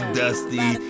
dusty